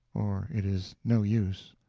or it is no use.